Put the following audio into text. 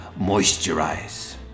moisturize